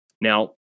Now